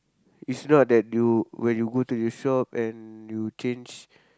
is not that you when you go to the shop and you change